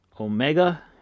Omega